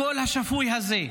הקול השפוי הזה,